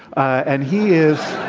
and he is